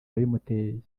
yabimuteye